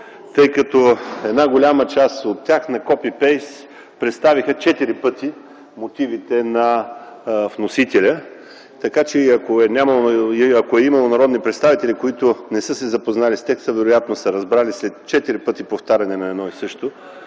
тъй като една голяма част от тях на Copy и Paste представиха четири пъти мотивите на вносителя. Така че, ако е имало народни представители, които не са се запознали с текста, вероятно са разбрали след четири пъти повтаряне на едно и също